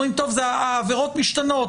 אומרים: העבירות משתנות,